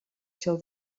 seu